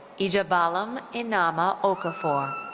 ijeabalum and nneoma okafor.